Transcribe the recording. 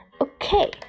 Okay